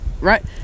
Right